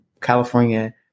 California